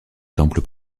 temple